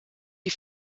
die